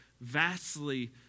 vastly